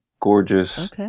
Gorgeous